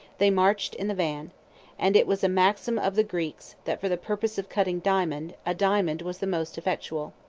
they marched in the van and it was a maxim of the greeks, that for the purpose of cutting diamond, a diamond was the most effectual.